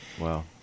Wow